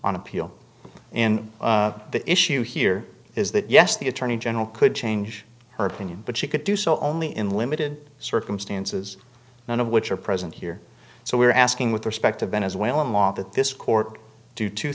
on appeal in the issue here is that yes the attorney general could change her opinion but she could do so only in limited circumstances none of which are present here so we are asking with respect to venezuelan law that this court do two